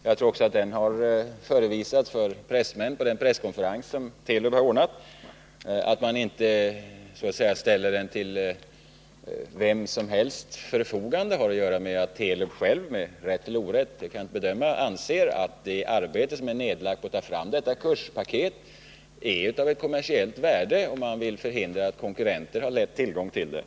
Jag tror också att den har förevisats för pressmän på den presskonferens som Telub ordnat. Att man inte så att säga ställer den till förfogande för vem som helst har att göra med att man inom Telub — med rätt eller orätt; det kan jag inte bedöma — anser att detta kurspaket som man lagt ned arbete på är av kommersiellt värde, och man vill förhindra att konkurrenter lätt får tillgång till det.